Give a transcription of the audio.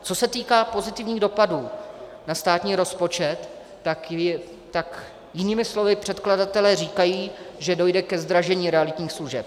Co se týká pozitivních dopadů na státní rozpočet, tak jinými slovy předkladatelé říkají, že dojde ke zdražení realitních služeb.